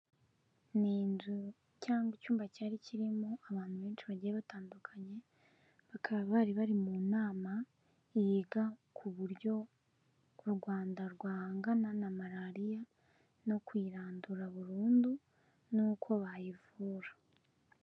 Ni inzu cyangwa icyumba cyari kirimo abantu benshi bagiye batandukanye, bakaba bari bari mu nama yiga ku buryo u Rwanda rwahangana na malariya no kuyirandura burundu n'uko bayivura.